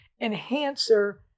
enhancer